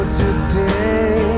today